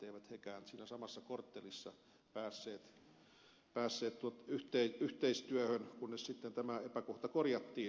eivät nekään siinä samassa korttelissa päässeet yhteistyöhön kunnes sitten tämä epäkohta korjattiin